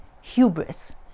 hubris